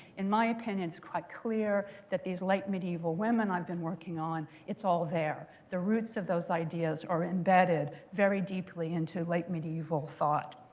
in my opinion, it's quite clear that these late medieval women i've been working on it's all there. the roots of those ideas are embedded very deeply into late medieval thought.